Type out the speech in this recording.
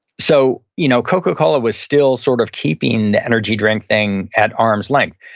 so you know coca-cola was still sort of keeping the energy drink thing at arm's length,